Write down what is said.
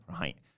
Right